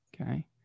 Okay